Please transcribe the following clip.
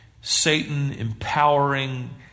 Satan-empowering